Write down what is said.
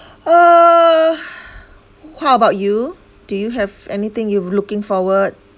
uh how about you do you have anything you looking forward